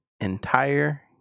entire